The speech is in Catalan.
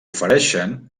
ofereixen